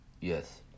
Yes